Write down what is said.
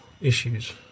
issues